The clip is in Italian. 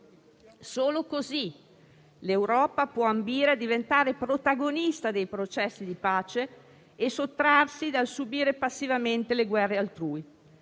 Solo così l'Europa può ambire a diventare protagonista dei processi di pace e sottrarsi dal subire passivamente le guerre altrui;